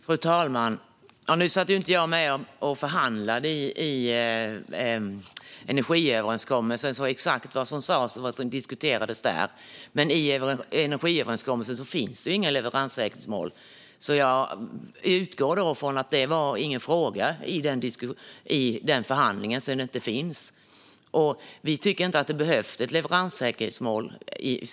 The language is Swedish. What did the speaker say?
Fru talman! Nu satt inte jag med och förhandlade om energiöverenskommelsen, så exakt vad som sas och vad som diskuterades kan jag inte säga. Men det finns inget leveranssäkerhetsmål i energiöverenskommelsen. Jag utgår från att detta inte var någon fråga i den förhandlingen, eftersom ett sådant inte finns. Vi i Socialdemokraterna tycker inte att det behövs ett leveranssäkerhetsmål.